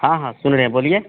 हाँ हाँ सुन रहें बोलिए